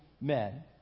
men